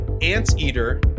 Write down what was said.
anteater